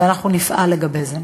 ואנחנו נפעל לזה.